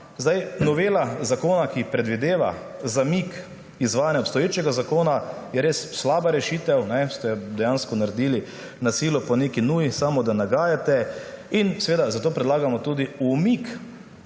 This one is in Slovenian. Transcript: Novela zakona, ki predvideva zamik izvajanja obstoječega zakona, je res slaba rešitev, kar ste dejansko naredili na silo, po neki nuji, samo da nagajate. Zato predlagamo tudi umik